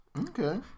Okay